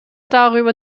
darüber